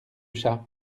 chat